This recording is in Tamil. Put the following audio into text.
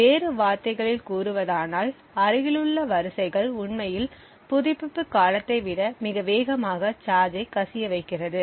வேறு வார்த்தைகளில் கூறுவதானால் அருகிலுள்ள வரிசைகள் உண்மையில் புதுப்பிப்பு காலத்தை விட மிக வேகமாக சார்ஜை கசிய வைக்கிறது